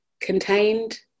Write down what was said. contained